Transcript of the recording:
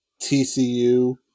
TCU